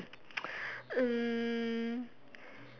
um